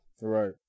right